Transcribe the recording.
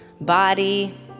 body